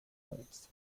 words